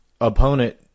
opponent